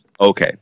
Okay